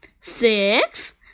six